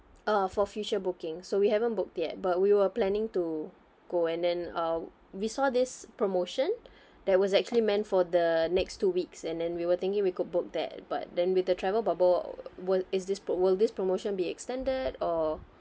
uh for future booking so we haven't booked yet but we were planning to go and then uh we saw this promotion that was actually meant for the next two weeks and then we were thinking we could book that but then with the travel bubble will is this will this promotion be extended or